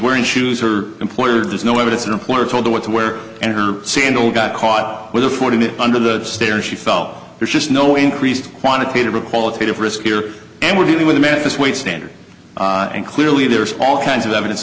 wearing shoes her employer there's no evidence an employer told her what to wear and her sandal got caught with a forty minute under the stairs she felt there's just no increased quantitative republic of risk here and we're dealing with a minute this week standard and clearly there's all kinds of evidence